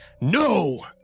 No